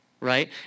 right